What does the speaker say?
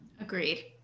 Agreed